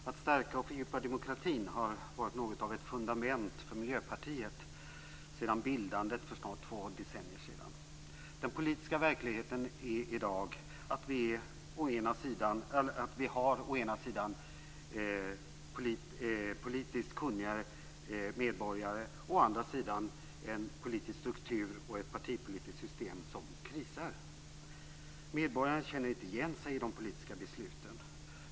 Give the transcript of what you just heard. Herr talman! Att stärka och fördjupa demokratin har varit något av ett fundament för Miljöpartiet sedan bildandet för snart två decennier sedan. Den politiska verkligheten i dag är att vi har å ena sidan politiskt kunniga medborgare och å andra sidan en politisk struktur och ett partipolitiskt system som krisar. Medborgarna känner inte igen sig i de politiska besluten.